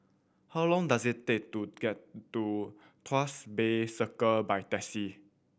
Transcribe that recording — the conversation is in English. how long does it take to get to Tuas Bay Circle by taxi